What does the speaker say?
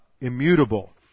immutable